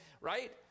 right